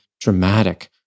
dramatic